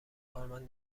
کارمند